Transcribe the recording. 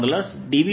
s s